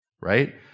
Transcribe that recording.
right